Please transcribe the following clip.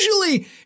usually